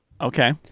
Okay